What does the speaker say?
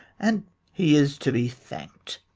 and he is to be thank'd.